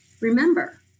remember